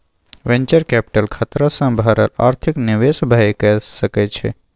venture capital खतरा सँ भरल आर्थिक निवेश भए सकइ छइ